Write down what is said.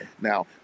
Now